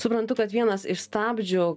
suprantu tad vienas iš stabdžių